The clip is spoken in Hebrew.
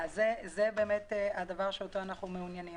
זה באמת הדבר שאנחנו מעוניינים לעשות.